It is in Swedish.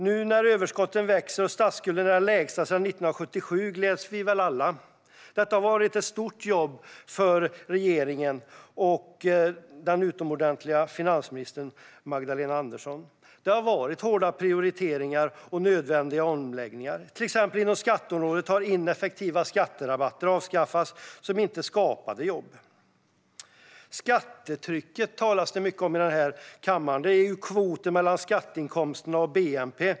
Nu när överskotten växer och statsskulden är den lägsta sedan 1977 gläds vi väl alla. Detta har varit ett stort jobb för regeringen och den utomordentliga finansministern Magdalena Andersson. Det har varit hårda prioriteringar och nödvändiga omläggningar. Exempelvis inom skatteområdet har ineffektiva skatterabatter som inte skapade jobb avskaffats. Skattetrycket talas det mycket om här i kammaren; det är kvoten mellan skatteinkomsterna och bnp.